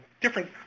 different